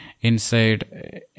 inside